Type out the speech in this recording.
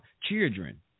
children